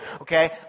okay